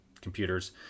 computers